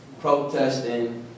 protesting